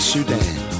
Sudan